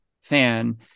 fan